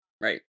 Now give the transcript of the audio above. Right